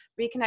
reconnect